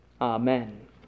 Amen